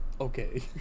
Okay